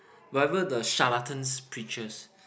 whatever the charlatan's preaches